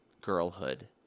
girlhood